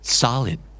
solid